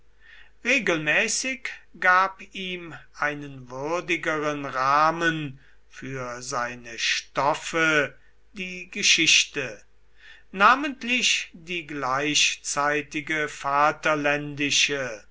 regelmäßig gab ihm einen würdigeren rahmen für seine stoffe die geschichte namentlich die gleichzeitige